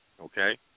okay